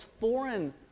foreign